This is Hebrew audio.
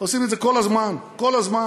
עושים את זה כל הזמן, כל הזמן.